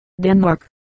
denmark